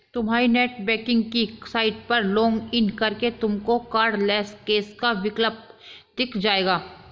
तुम्हारी नेटबैंकिंग की साइट पर लॉग इन करके तुमको कार्डलैस कैश का विकल्प दिख जाएगा